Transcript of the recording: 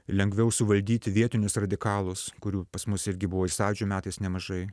lengviau suvaldyti vietinius radikalus kurių pas mus irgi buvo sąjūdžio metais nemažai